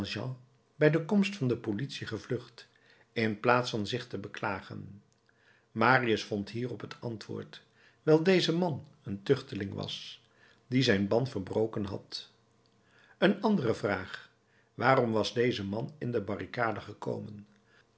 bij de komst van de politie gevlucht in plaats van zich te beklagen marius vond hierop het antwoord wijl deze man een tuchteling was die zijn ban verbroken had een andere vraag waarom was deze man in de barricade gekomen